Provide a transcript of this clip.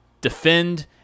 defend